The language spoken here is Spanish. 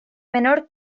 menor